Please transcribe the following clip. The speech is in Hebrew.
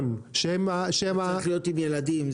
צריך להיות עם ילדים.